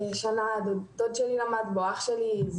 שנה דוד שלי למד בו ואבא שלי.